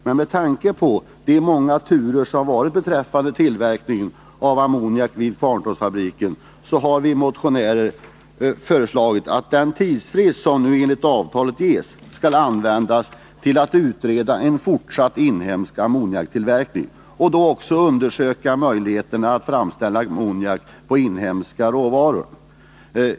Men med tanke på de många turer som har förekommit beträffande tillverkningen av ammoniak vid Kvarntorpsfabriken har vi motionärer föreslagit att den tidsfrist som enligt avtalet ges skall användas till utredning av en fortsatt inhemsk ammoniaktillverkning och till undersökning av möjligheten att framställa ammoniak av inhemska råvaror.